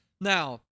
Now